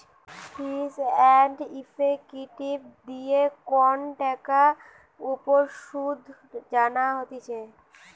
ফিচ and effective দিয়ে কন টাকার উপর শুধ জানা হতিছে